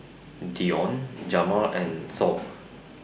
Dionne Jamal and Thor